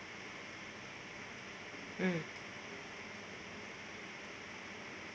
mm